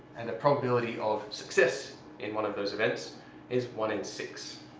and the probability of success in one of those events is one in six.